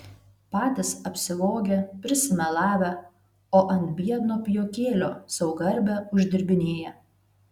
patys apsivogę prisimelavę o ant biedno pijokėlio sau garbę uždirbinėja